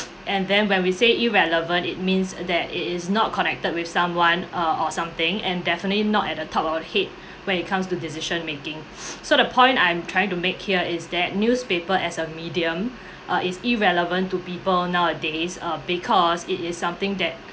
and then when we say irrelevant it means that it is not connected with someone uh or something and definitely not at the top of the head when it comes to decision-making so the point I'm trying to make here is that newspaper as a medium uh is irrelevant to people nowadays uh because it is something that